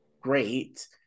great